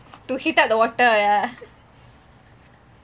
to heat up the water